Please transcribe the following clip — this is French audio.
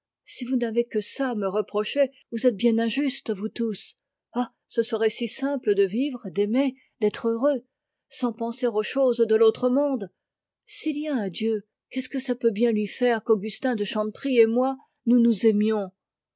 si vous n'avez que cela à me reprocher vous êtes bien injustes vous tous ah ce serait si simple d'être heureux sans penser aux choses de l'autre monde s'il y a un dieu qu'est-ce que ça peut bien lui faire qu'augustin de chanteprie et moi nous nous aimions